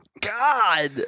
God